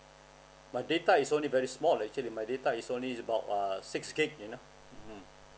my data is only very small actually my data is only about uh six gig you know mm